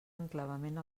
enclavament